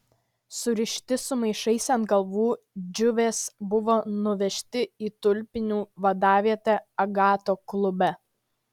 surišti su maišais ant galvų džiuvės buvo nuvežti į tulpinių vadavietę agato klube